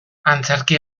antzerki